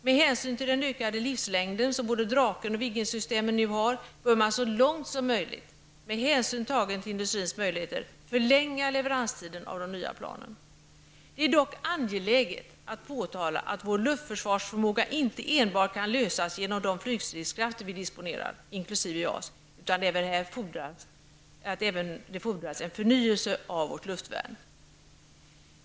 Med tanke på den ökade livslängd som både Draken och Viggensystemen nu har bör man så långt möjligt, med hänsyn till industrins möjligheter, förlänga leveranstiden av de nya planen. Det är dock angeläget att påtala att vår luftförsvarsförmåga inte enbart kan lösas genom de flygstridskrafter vi disponerar, inkl. JAS, utan det fordras även en förnyelse av vårt luftvärn.